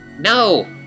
No